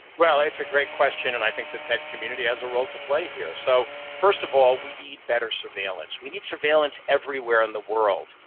well, it's a great question and i think the ted community has a role to play here. so first of all, we need better surveillance. we need surveillance everywhere in the world,